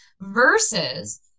Versus